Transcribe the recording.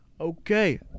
Okay